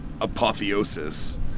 apotheosis